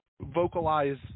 vocalize